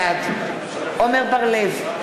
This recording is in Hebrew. בעד עמר בר-לב,